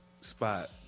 spot